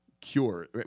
cure